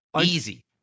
Easy